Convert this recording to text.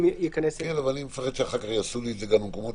אבל אני מפחד שאחר כך יעשו את זה במקומות